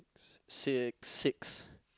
six six